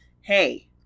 hey